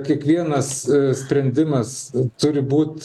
kiekvienas sprendimas turi būt